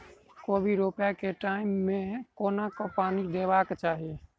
कोबी रोपय केँ टायम मे कोना कऽ पानि देबाक चही?